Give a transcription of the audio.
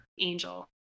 Angel